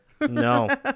No